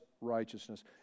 righteousness